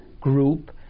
group